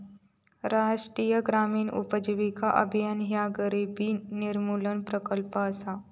राष्ट्रीय ग्रामीण उपजीविका अभियान ह्या गरिबी निर्मूलन प्रकल्प असा